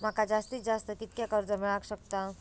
माका जास्तीत जास्त कितक्या कर्ज मेलाक शकता?